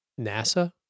NASA